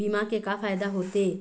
बीमा के का फायदा होते?